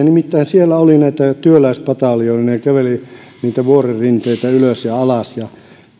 nimittäin siellä oli näitä työläispataljoonia ne kävelivät niitä vuorenrinteitä ylös ja alas ja